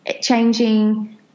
changing